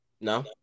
No